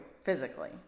physically